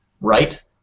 right